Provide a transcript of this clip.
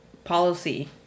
Policy